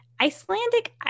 Icelandic